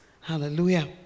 hallelujah